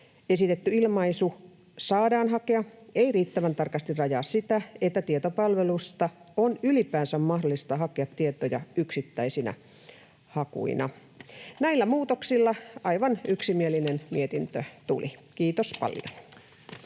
Esitetty ilmaisu ”saadaan hakea” ei riittävän tarkasti rajaa sitä, että tietopalvelusta on ylipäänsä mahdollista hakea tietoja yksittäisinä hakuina. Näillä muutoksilla aivan yksimielinen mietintö tuli. — Kiitos paljon.